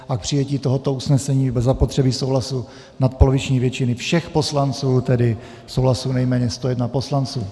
K přijetí tohoto usnesení bude zapotřebí souhlasu nadpoloviční většiny všech poslanců, tedy souhlasu nejméně 101 poslanců.